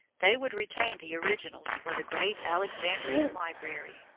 they would retain the originals for the great alexandrian library,